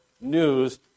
news